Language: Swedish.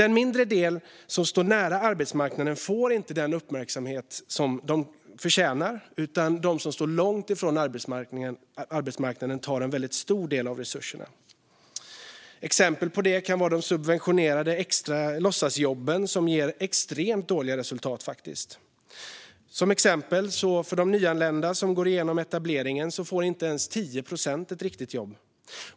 Den mindre del arbetslösa som står nära arbetsmarknaden får inte den uppmärksamhet de förtjänar medan de som står långt från arbetsmarknaden tar en stor del av resurserna. Exempel på det kan vara de subventionerade låtsasjobben, som ger extremt dåliga resultat. Av de nyanlända som går igenom etableringen får inte ens 10 procent ett riktigt jobb.